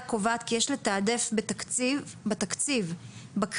קובעת כי יש לתעדף בתקציב בקריטריונים